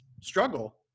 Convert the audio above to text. Struggle